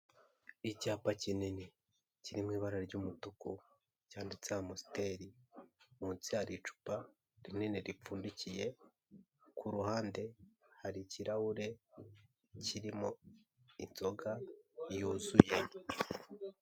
Icyapa kinini kiri mu ibara ry'umutuku cyanditse Amstel, munsi hari icupa rinini ripfundikiye ku ruhande hari ikirahure kirimo inzoga yuzuye.